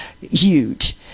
huge